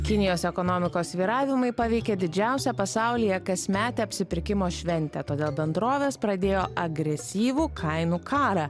kinijos ekonomikos svyravimai paveikė didžiausią pasaulyje kasmetę apsipirkimo šventę todėl bendrovės pradėjo agresyvų kainų karą